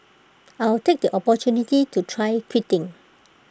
I'll take the opportunity to try quitting